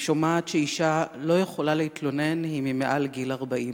היום שמעתי שאשה לא יכולה להתלונן אם היא מעל גיל 40,